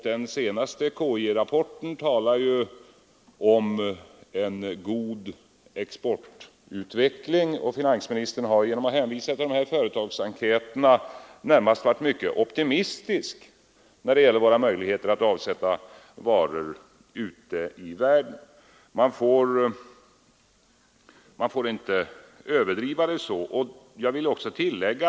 Den senaste KI-rapporten talar ju om en god exportutveckling, och finansministern har genom att hänvisa till företagsenkäterna närmast varit mycket optimistisk när det gäller våra möjligheter att avsätta varor ute i världen. Man får alltså inte överdriva farhågorna.